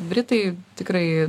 britai tikrai